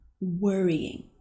worrying